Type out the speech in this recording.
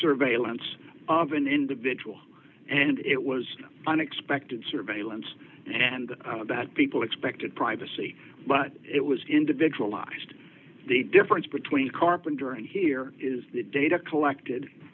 surveillance of an individual and it was unexpected surveillance and that people expected privacy but it was individualized the difference between carpenter and here is the data collected